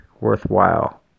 worthwhile